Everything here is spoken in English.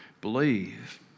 believe